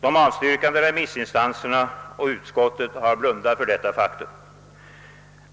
De avstyrkande remissinstanserna och utskottet har blundat för detta faktum.